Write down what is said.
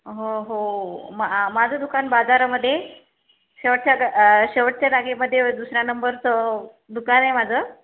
हो हो माझं दुकान बाजारामध्ये शेवटच्या शेवटच्या जागेमध्ये दुसऱ्या नंबरचं दुकान आहे माझं